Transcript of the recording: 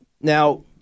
now